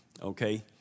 Okay